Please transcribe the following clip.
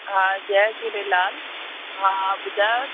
हा जय झूलेलाल हा हा ॿुधायो